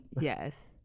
Yes